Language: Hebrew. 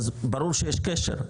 אז ברור שיש קשר,